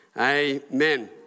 amen